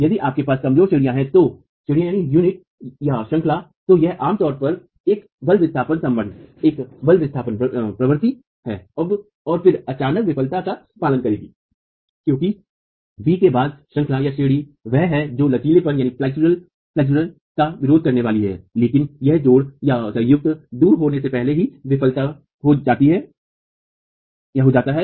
यदि आपके पास कमजोर श्रेणियाँ हैं तो यह आम तौर पर एक बल विस्थापन संबंध एक बल विस्थापन प्रवृत्ति अब और फिर अचानक विफलता का पालन करेगी क्योंकि b के बाद श्रंखला श्रेणी वह है जो लचीलेपन का विरोध करने वाली है लेकिन यह जोड़संयुक्त दूर होने से पहले ही विफल हो जाताजती है